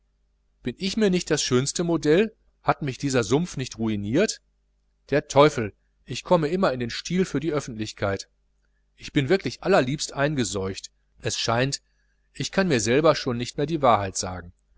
bin ich mir nicht das schönste modell hat mich dieser sumpf nicht ruiniert der teufel ich komme immer in den stil für die öffentlichkeit ich bin wirklich allerliebst eingeseucht es scheint ich kann mir schon selber nicht mehr die wahrheit sagen